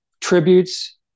tributes